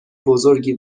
بزرگی